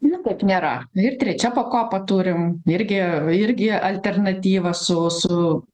niekaip nėra nu ir trečia pakopa turim irgi irgi alternatyvą su su